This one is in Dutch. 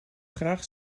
graag